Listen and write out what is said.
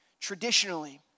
Traditionally